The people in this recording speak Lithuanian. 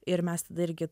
ir mes tada irgi